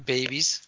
Babies